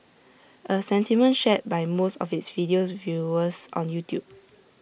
A sentiment shared by most of its video's viewers on YouTube